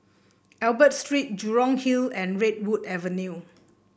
Albert Street Jurong Hill and Redwood Avenue